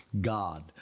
God